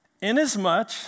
Inasmuch